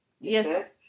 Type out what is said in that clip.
Yes